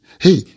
hey